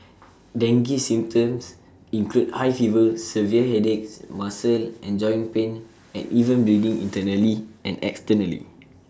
dengue symptoms include high fever severe headaches muscle and joint pain and even bleeding internally and externally